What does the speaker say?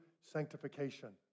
sanctification